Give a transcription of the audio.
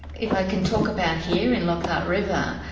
if i can talk about here in lockhart river,